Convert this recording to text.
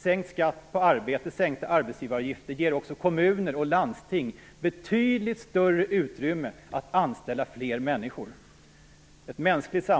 Sänkt skatt på arbete och sänkta arbetsgivaravgifter ger också kommuner och landsting betydligt större utrymme att anställa fler människor. Vi skall